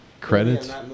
Credits